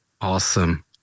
Awesome